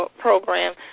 program